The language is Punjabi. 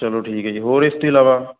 ਚਲੋ ਠੀਕ ਆ ਜੀ ਹੋਰ ਇਸ ਤੋਂ ਇਲਾਵਾ